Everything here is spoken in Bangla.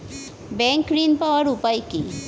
ব্যাংক ঋণ পাওয়ার উপায় কি?